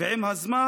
// ועם הזמן,